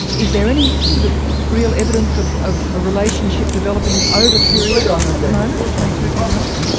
is there any sort of real evidence of of a relationship developing over syria at the moment between turkey and russia?